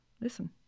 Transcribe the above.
listen